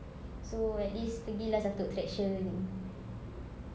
so at least pergilah satu attraction